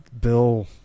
bill